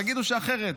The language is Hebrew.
תגידו שאחרת.